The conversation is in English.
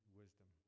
wisdom